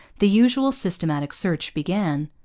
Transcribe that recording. the usual systematic search began.